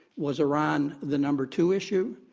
was iran the number two issue?